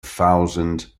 thousand